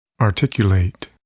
Articulate